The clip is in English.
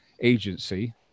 agency